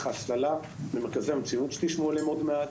ההסללה במרכזי המצוינות שתשמעו עליהם עוד מעט,